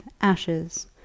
ashes